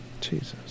Jesus